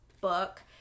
book